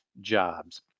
jobs